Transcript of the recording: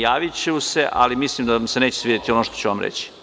Javiću se, ali mislim da vam se neće svideti ono što ću vam reći.